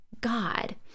God